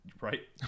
Right